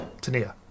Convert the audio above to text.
Tania